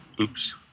Oops